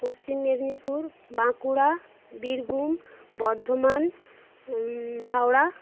Paschim Medinipur Bankura Birbhum Bardhaman Howrah